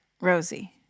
rosie